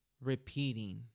repeating